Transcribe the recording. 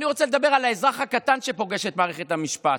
אני רוצה לדבר על האזרח הקטן שפוגש את מערכת המשפט.